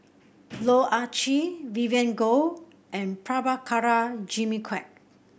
Loh Ah Chee Vivien Goh and Prabhakara Jimmy Quek